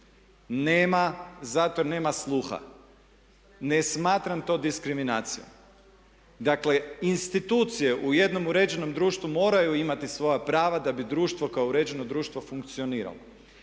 zato jer nema sluha. Ne smatram to diskriminacijom. Dakle, institucije u jednom uređenom društvu moraju imati svoja prava da bi društvo kao uređeno društvo funkcioniralo.